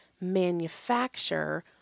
manufacture